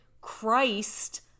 Christ